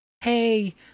hey